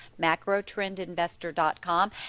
Macrotrendinvestor.com